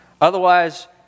Otherwise